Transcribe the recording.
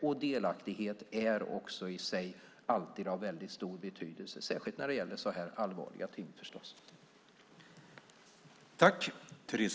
Och delaktighet är i sig alltid av väldigt stor betydelse, särskilt när det gäller så här allvarliga ting förstås.